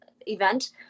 event